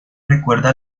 recuerda